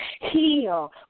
Heal